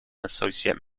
associate